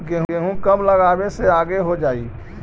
गेहूं कब लगावे से आगे हो जाई?